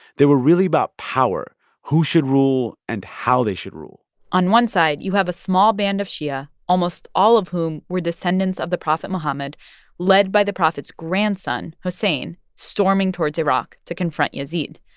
they were really about power who should rule and how they should rule on one side, you have a small band of shia almost all of whom were descendants of the prophet muhammad led by the prophet's grandson hussain, storming towards iraq to confront yazid.